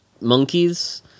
monkeys